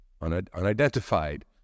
unidentified